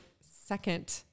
second